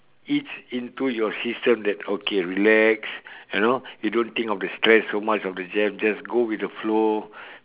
eats into your system that okay relax you know you don't think of the stress so much of the jam just go with the flow